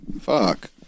Fuck